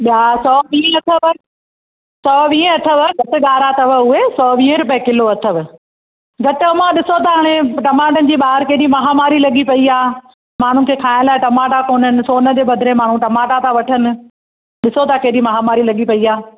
ॿिया सौ वीह अथव सौ वीह अथव घटि ॻाढ़ा अथव अथव उहे सौ वीह रुपए किलो अथव घटि मां ॾिसो त हाणे टमाटनि जी ॿाहिरि केॾी माहामारी लॻी पई आहे माण्हुनि खे खाइण लाइ टमाटा कोन आहिनि सोन जे बदिरे माण्हूं टमाटा था वठनि ॾिसो था केॾी माहामारी लॻी पई आहे